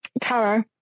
tarot